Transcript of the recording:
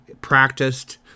practiced